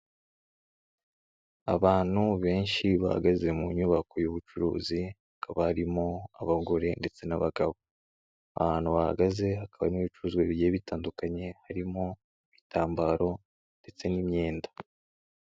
Abantu benshi bahagaze mu nyubako y'ubucuruzi hakaba harimo abagore ndetse n'abagabo. Ahantu bahagaze hakaba harimo ibicuruzwa bigiye bitandukanye harimo ibitambaro ndetse n'imyenda.